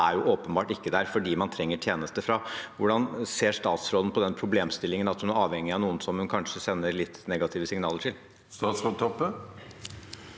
åpenbart ikke er der for dem man trenger tjenester fra. Hvordan ser statsråden på den problemstillingen – at hun er avhengig av noen som hun kanskje sender litt negative signaler til? Statsråd